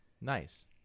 Nice